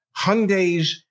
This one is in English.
Hyundais